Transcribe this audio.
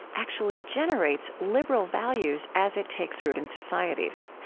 actually generates liberal values as it takes root in societies.